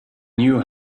knew